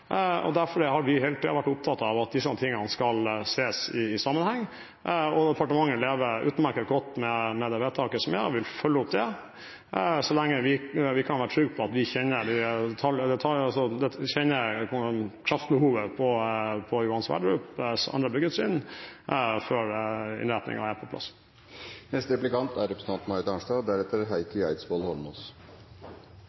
være. Derfor har vi hele tiden vært opptatt av at disse tingene skal ses i sammenheng. Departementet lever utmerket godt med det vedtaket som er gjort, og vil følge det opp, så lenge vi kan være trygge på at vi kjenner til kraftbehovet på Johan Sverdrup-feltets andre byggetrinn før innretningen er på plass Statsråden har i utgangspunktet rett i at konkurranseevnen er